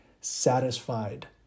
satisfied